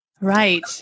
right